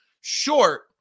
short